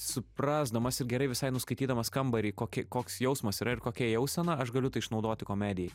suprasdamas ir gerai visai nuskaitydamas kambarį kokį koks jausmas yra ir kokia jausena aš galiu tai išnaudoti komedijai